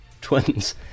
twins